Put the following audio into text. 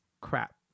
crap